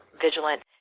vigilant